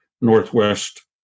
Northwest